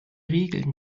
regeln